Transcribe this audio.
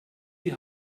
die